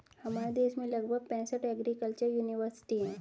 हमारे देश में लगभग पैंसठ एग्रीकल्चर युनिवर्सिटी है